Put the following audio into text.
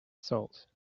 salt